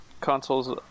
console's